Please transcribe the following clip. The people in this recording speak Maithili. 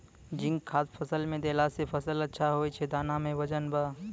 जिंक खाद फ़सल मे देला से फ़सल अच्छा होय छै दाना मे वजन ब